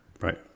right